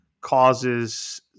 causes